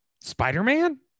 Spider-Man